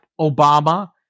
Obama